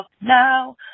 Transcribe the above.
now